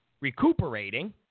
recuperating